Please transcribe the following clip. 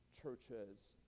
Churches